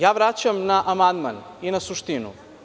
Ja vraćam na amandman i na suštinu.